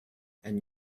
and